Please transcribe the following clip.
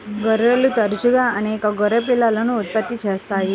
గొర్రెలు తరచుగా అనేక గొర్రె పిల్లలను ఉత్పత్తి చేస్తాయి